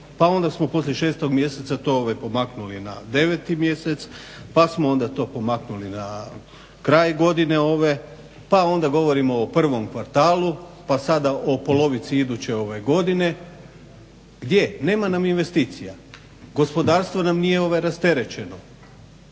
pa onda smo poslije 6. mjeseca to pomaknuli na 9. mjesec, pa smo onda to pomaknuli na kraj godine ove, pa onda govorimo o prvom kvartalu, pa sada o polovici iduće godine. Gdje? Nema nam investicija, gospodarstvo nam nije rasterećeno.